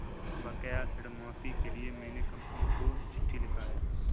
बकाया ऋण माफी के लिए मैने कंपनी को चिट्ठी लिखा है